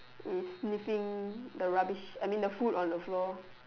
is sniffing the rubbish I mean the food on the floor